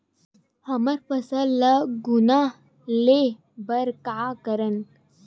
हमर फसल ल घुना ले बर का करन?